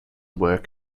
work